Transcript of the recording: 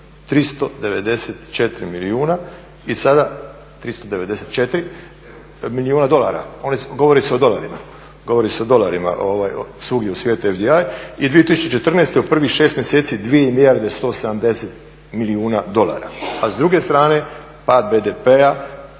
394 milijuna i sada 394 milijuna dolara. Govori se o dolarima svugdje u svijetu FDA, i 2014. u prvih 6 mjeseci 2 milijarde 170 milijuna dolara. A s druge strane pad BDP-a,